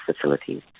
facilities